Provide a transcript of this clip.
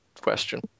Question